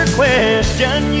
question